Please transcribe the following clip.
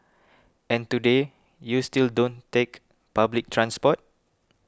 and today you still don't take public transport